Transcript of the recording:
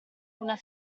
una